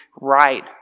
right